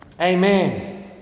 Amen